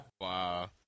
Wow